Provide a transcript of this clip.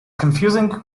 confusing